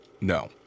no